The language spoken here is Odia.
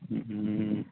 ଉଁ ହୁଁ